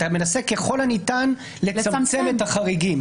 אתה מנסה ככל הניתן לצמצם את החריגים,